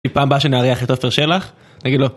לפעם הבאה שנארח את עופר שלח, תגיד לו.